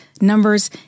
Numbers